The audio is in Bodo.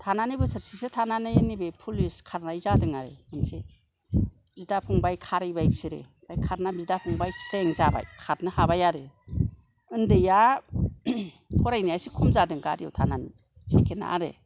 थानानै बोसोरसेसो थानानै नैबे फुलिस खारनाय जादों आरो मोनसे बिदा फंबाय खारहैबाय बिसोरो आमफ्राय खारनानै बिदा फंबाय स्रें जाबाय खारनो हाबाय आरो उन्दैया फरायनाया एसे खम जादों गारियाव थानानै सेकेण्डआ आरो